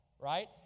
Right